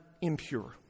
impure